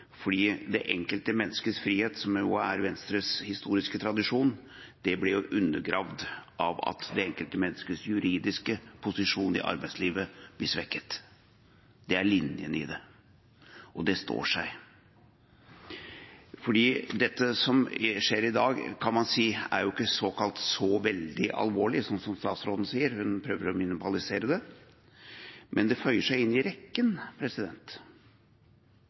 det enkelte menneskets frihet, som er Venstres historiske tradisjon, blir undergravd av at det enkelte menneskets juridiske posisjon i arbeidslivet blir svekket. Det er linjen i det, og det står seg. Det som skjer i dag, kan man si ikke er så veldig alvorlig, som statsråden sier – hun prøver å minimalisere det – men det føyer seg inn i rekken.